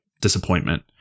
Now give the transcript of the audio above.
disappointment